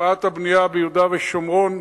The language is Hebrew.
הקפאת הבנייה ביהודה ושומרון,